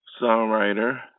songwriter